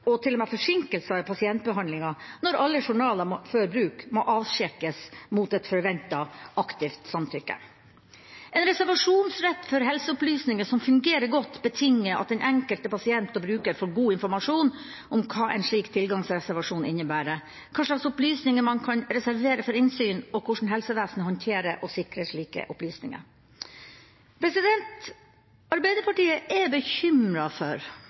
og med forsinkelser i pasientbehandlinga, når alle journaler før bruk må sjekkes mot et forventet aktivt samtykke. En reservasjonsrett for helseopplysninger som fungerer godt, betinger at den enkelte pasient/bruker får god informasjon om hva en slik tilgangsreservasjon innebærer, hva slags opplysninger man kan reservere for innsyn, og hvordan helsevesenet håndterer og sikrer slike opplysninger. Arbeiderpartiet er bekymret for